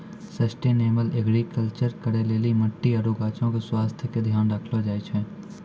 sustainable agriculture करै लेली मट्टी आरु गाछो के स्वास्थ्य के ध्यान राखलो जाय छै